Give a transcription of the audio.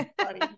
funny